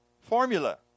formula